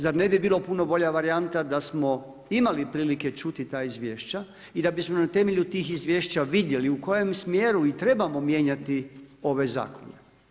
Zar ne bi bilo puno bolja varijanta da smo imali prilike čuti ta izvješća i da bismo na temelju tih izvješća vidjeli u kojem smjeru i trebamo mijenjati ove zakone?